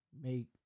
make